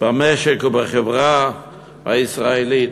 במשק ובחברה הישראלית.